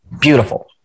Beautiful